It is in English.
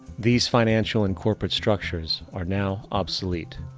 these financial and corporate structures are now obsolete,